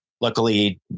Luckily